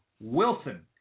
Wilson